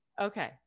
okay